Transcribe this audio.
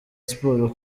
siporo